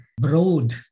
broad